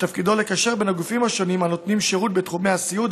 שתפקידו לקשר בין הגופים השונים הנותנים שירות בתחומי הסיעוד,